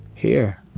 here.